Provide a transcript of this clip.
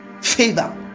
favor